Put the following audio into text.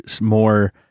more